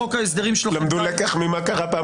חוק ההסדרים שלכם --- למדו לקח ממה שקרה פעם